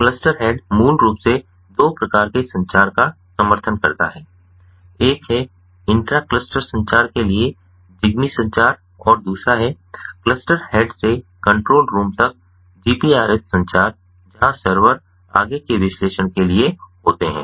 cluster head मूल रूप से दो प्रकार के संचार का समर्थन करता है एक है इंट्रा क्लस्टर संचार के लिए ज़िगबी संचार और दूसरा है क्लस्टर हेड से कंट्रोल रूम तक जीपीआरएस संचार जहां सर्वर आगे के विश्लेषण के लिए होते हैं